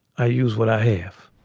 i use what i have